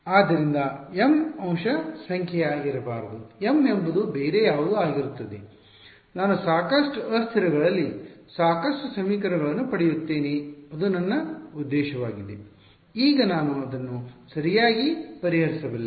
ಆದ್ದರಿಂದ m ಅಂಶ ಸಂಖ್ಯೆಯಾಗಿರಬಾರದು m ಎಂಬುದು ಬೇರೆ ಯಾವುದೋ ಆಗಿರುತ್ತದೆ ನಾನು ಸಾಕಷ್ಟು ಅಸ್ಥಿರಗಳಲ್ಲಿ ಸಾಕಷ್ಟು ಸಮೀಕರಣಗಳನ್ನು ಪಡೆಯುತ್ತೇನೆ ಅದು ನನ್ನ ಉದ್ದೇಶವಾಗಿದೆ ಆಗ ನಾನು ಅದನ್ನು ಸರಿಯಾಗಿ ಪರಿಹರಿಸಬಲ್ಲೆ